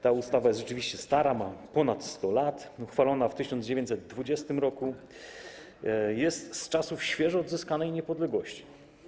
Ta ustawa jest rzeczywiście stara, ma ponad 100 lat, została uchwalona w 1920 r., jest z czasów świeżo odzyskanej niepodległości.